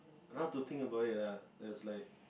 now to think about it ah there's like